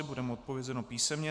Bude mu odpovězeno písemně.